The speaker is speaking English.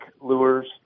lures